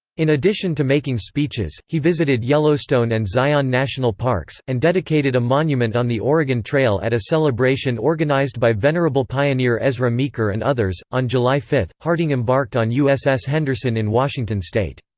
in addition to making speeches, he visited yellowstone and zion national parks, and dedicated a monument on the oregon trail at a celebration organized by venerable pioneer ezra meeker and others on july five, harding embarked on uss henderson in washington state.